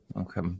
okay